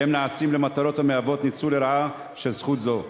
והם נעשים למטרות שהן ניצול לרעה של זכות זו,